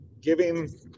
giving